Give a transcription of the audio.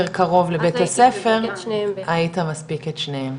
קרוב לבית הספר היית מספיק את שניהם,